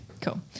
cool